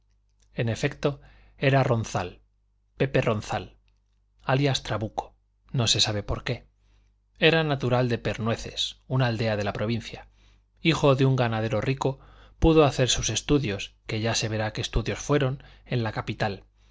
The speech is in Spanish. en efecto era ronzal pepe ronzal alias trabuco no se sabe por qué era natural de pernueces una aldea de la provincia hijo de un ganadero rico pudo hacer sus estudios que ya se verá qué estudios fueron en la capital